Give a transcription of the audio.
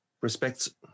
respects